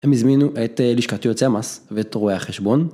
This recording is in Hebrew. הם הזמינו את לשכת יועצי המס ואת רואי החשבון.